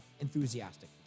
enthusiastic